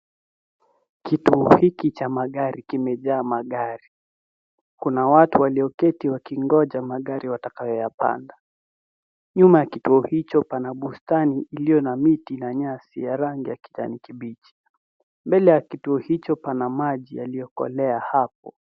Kituo hiki cha magari kimejaa magari. Kuna watu walioketi wakingoja magari watakayopanda. Nyuma ya kituo hicho pana bustani iliyona miti na nyasi ya rangi ya kijani kibichi. Mbele ya kituo hicho pana maji yaliyokolea hapo.